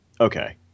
Okay